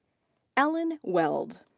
ellen weld.